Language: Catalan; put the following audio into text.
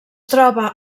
troba